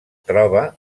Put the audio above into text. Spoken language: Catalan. troba